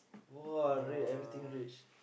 !wah! rich everything rich